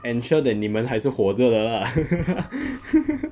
ensure that 你们还是活着的 lah